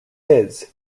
his